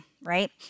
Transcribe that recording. right